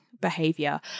behavior